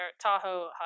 Tahoe